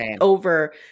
over